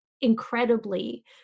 incredibly